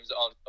on